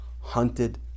hunted